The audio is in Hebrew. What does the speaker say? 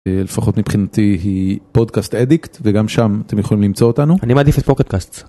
לפחות מבחינתי היא פודקאסט אדיקט, וגם שם אתם יכולים למצוא אותנו. אני מעדיף את פוקקאסט